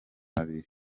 babiri